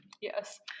yes